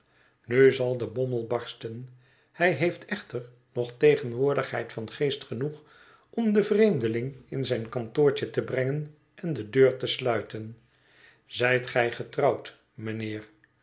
nu zal de bommel barsten hij heeft echter nog tegenwoordigheid van geest genoeg om den vreemdeling in zijn kantoortje te brengen en de deur te sluiten zijt gij getrouwd mijnheer